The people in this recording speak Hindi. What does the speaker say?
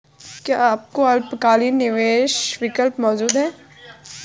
क्या कोई अल्पकालिक निवेश विकल्प मौजूद है?